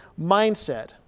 mindset